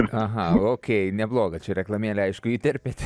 aha okei nebloga reklamėlę aišku įterpėte